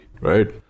Right